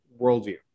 worldview